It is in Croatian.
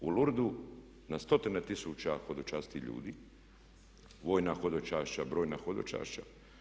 U Lurdu na stotine tisuća hodočasti ljudi, vojna hodočašća, brojna hodočašća.